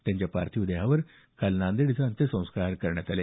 त्यांच्या पार्थिव देहावर काल नांदेड इथं अंत्यसंस्कार करण्यात आले